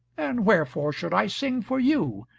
and wherefore should i sing for you,